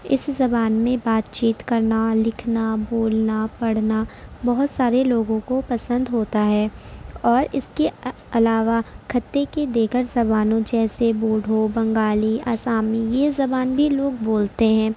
اس زبان میں بات چیت کرنا لکھنا بولنا پڑھنا بہت سارے لوگوں کو پسند ہوتا ہے اور اس کے علاوہ خطے کے دیگر زبانوں جیسے بوڈھو بنگالی آسامی یہ زبان بھی لوگ بولتے ہیں